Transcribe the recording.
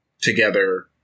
together